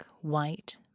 white